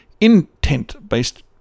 Intent-based